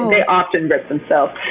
they often rip themselves.